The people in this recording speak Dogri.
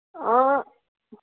हां